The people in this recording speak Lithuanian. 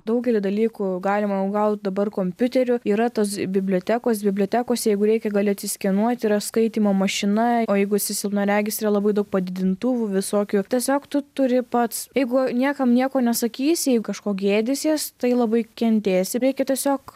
daugelį dalykų galima jau gaut dabar kompiuteriu yra tos bibliotekos bibliotekos jeigu reikia gali atsiskenuot yra skaitymo mašina o jeigu esi silpnaregis yra labai daug padidintuvų visokių tiesiog tu turi pats jeigu niekam nieko nesakysi jei kažko gėdysies tai labai kentėsi reikia tiesiog